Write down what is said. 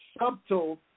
Subtle